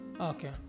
Okay